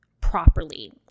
properly